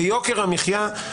ביוקר המחיה.